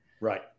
Right